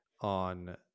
on